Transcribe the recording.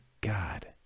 god